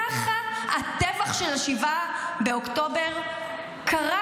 ככה הטבח של 7 באוקטובר קרה.